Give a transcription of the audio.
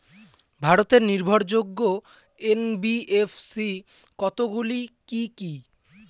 ভারতের নির্ভরযোগ্য এন.বি.এফ.সি কতগুলি কি কি?